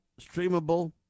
streamable